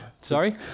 Sorry